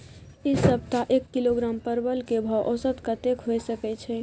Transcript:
ऐ सप्ताह एक किलोग्राम परवल के भाव औसत कतेक होय सके छै?